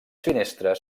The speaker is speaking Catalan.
finestres